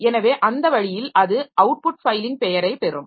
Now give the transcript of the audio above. எனவே அந்த வழியில் அது அவுட் புட் ஃபைலின் பெயரைப் பெறும்